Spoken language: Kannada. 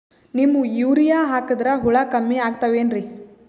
ನೀಮ್ ಯೂರಿಯ ಹಾಕದ್ರ ಹುಳ ಕಮ್ಮಿ ಆಗತಾವೇನರಿ?